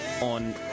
on